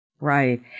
Right